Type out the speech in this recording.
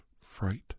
Fright